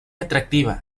atractiva